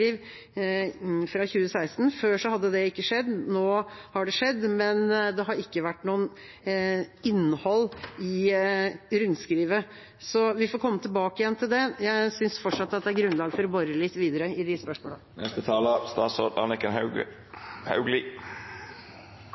fra 2016. Før hadde det ikke skjedd, nå har det skjedd, men det har ikke vært noe innhold i rundskrivet. Vi får komme tilbake igjen til det. Jeg synes fortsatt det er grunnlag for å bore litt videre i